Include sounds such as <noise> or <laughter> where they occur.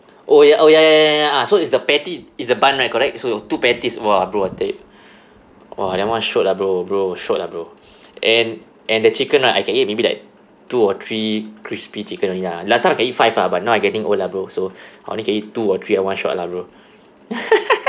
oh ya oh ya ya ya ya ya ya so it's the patty is the bun right correct so you two patties !wah! bro I tell yo~ <breath> !wah! that one shiok lah bro bro shiok lah bro and and the chicken right I can eat maybe like two or three crispy chicken only lah last time I can eat five lah but now I getting old lah bro so <breath> I only can eat two or three at one shot lah bro <laughs>